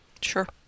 Sure